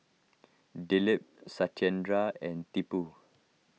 Dilip Satyendra and Tipu